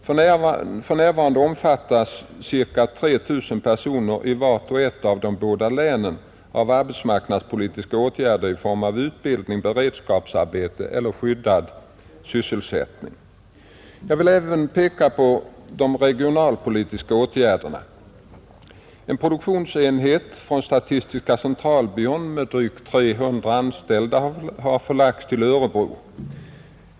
För närvarande omfattas ca 3 000 personer i vart och ett av de båda länen av arbetsmarknadspolitiska åtgärder i form av utbildning, beredskapsarbete eller skyddad sysselsättning. Jag vill även peka på de regionalpolitiska åtgärderna. En produktionsenhet från statistiska centralbyrån med drygt 300 anställda har förlagts till Örebro.